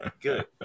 Good